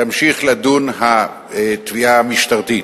תמשיך לדון התביעה המשטרתית.